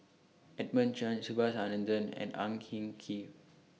Edmund Chen Subhas Anandan and Ang Kin Kee